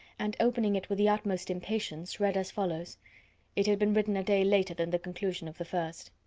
and opening it with the utmost impatience, read as follows it had been written a day later than the conclusion of the first.